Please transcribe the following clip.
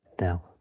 now